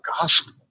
gospel